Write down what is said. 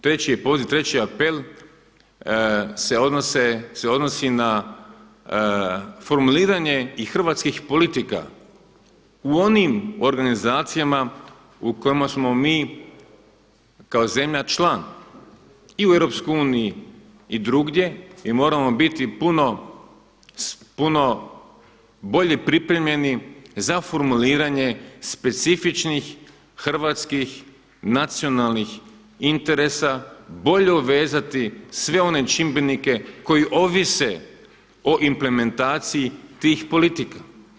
Treći apel se odnosi na formuliranje i hrvatskih politika u onim organizacijama u kojima smo mi kao zemlja član, i u Europskoj uniji i drugdje i moramo biti puno bolje pripremljeni za formuliranje specifičnih hrvatskih nacionalnih interesa, bolje uvezati sve one čimbenike koji ovise o implementaciji tih politika.